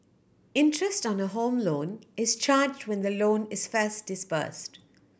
interest on a Home Loan is charged when the loan is first disbursed